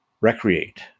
recreate